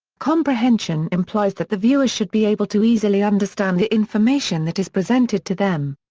comprehension implies that the viewer should be able to easily understand the information that is presented to them.